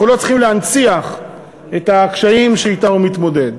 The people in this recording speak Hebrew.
אנחנו לא צריכים להנציח את הקשיים שאתם הוא מתמודד.